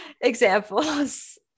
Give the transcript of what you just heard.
examples